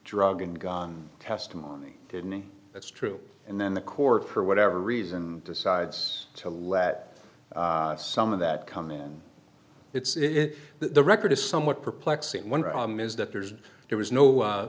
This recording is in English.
drug and gun testimony kidney that's true and then the court for whatever reason decides to let some of that come in it's in the record is somewhat perplexing one is that there's there was no